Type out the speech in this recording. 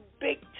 big